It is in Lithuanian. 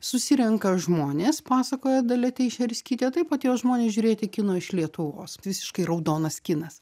susirenka žmonės pasakoja dalia teišerskytė taip atėjo žmonės žiūrėti kino iš lietuvos visiškai raudonas kinas